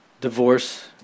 divorce